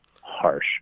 harsh